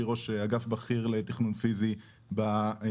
שהיא ראש אגף בכיר לתכנון פיזי במשרד.